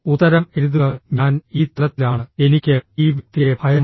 ഉത്തരം എഴുതുകഃ ഞാൻ ഈ തലത്തിലാണ് എനിക്ക് ഈ വ്യക്തിയെ ഭയമാണ്